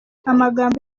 amagambo